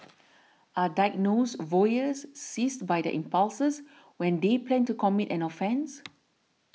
are diagnosed voyeurs seized by their impulses when they plan to commit an offence